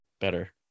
better